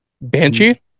banshee